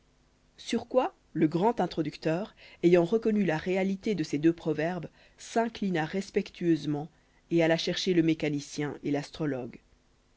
sur quoi le grand introducteur ayant reconnu la réalité de ces deux proverbes s'inclina respectueusement et alla chercher le mécanicien et l'astrologue